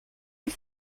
est